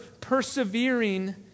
persevering